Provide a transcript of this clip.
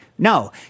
No